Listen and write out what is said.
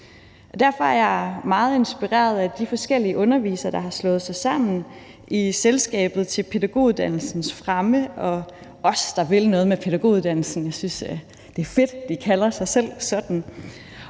Derfor er jeg meget inspireret af de forskellige undervisere, der har slået sig sammen i Selskabet til Pædagoguddannelsens Fremme. Og os, der vil noget med pædagoguddannelsen, synes, at det er fedt, at de kalder sig selv sådan.